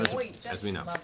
as we know.